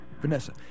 Vanessa